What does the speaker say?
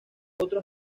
otro